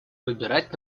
выбирать